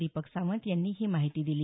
दीपक सावंत यांनी ही माहिती दिली